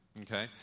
okay